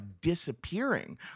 disappearing